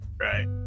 right